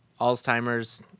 Alzheimer's